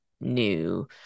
new